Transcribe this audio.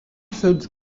seule